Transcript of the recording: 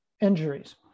injuries